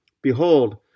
Behold